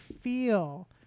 feel